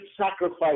sacrifice